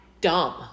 dumb